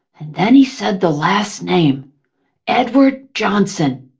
and then he said the last name edward johnson.